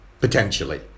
potentially